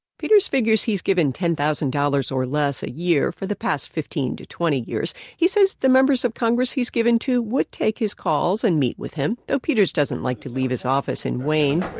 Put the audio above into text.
peters figures he's given ten thousand dollars or less a year, for the past fifteen to twenty years. he said the members of congress he's given to would take his calls and meet with him. though, peters doesn't like to leave his office in wayne.